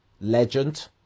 Legend